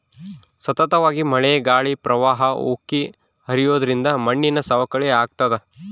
ಸತತವಾಗಿ ಮಳೆ ಗಾಳಿ ಪ್ರವಾಹ ಉಕ್ಕಿ ಹರಿಯೋದ್ರಿಂದ ಮಣ್ಣಿನ ಸವಕಳಿ ಆಗ್ತಾದ